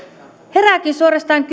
herääkin suorastaan